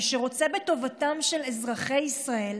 מי שרוצה בטובתם של אזרחי ישראל,